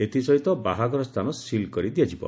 ଏଥିସହିତ ବାହାଘର ସ୍ରାନ ସିଲ୍ କରିଦିଆଯିବ